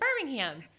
Birmingham